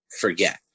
forget